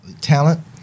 talent